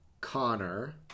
Connor